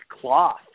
cloth